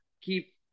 keep